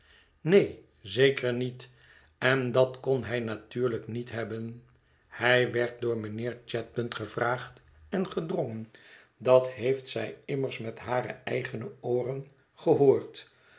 neen zeker niet en dat kon hij natuurlijk niet hebben hij werd door mijnheer chadband gevraagd en gedrongen dat heeft zij immers met hare eigene ooren gehoord